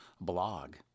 blog